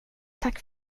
tack